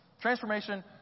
Transformation